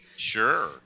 Sure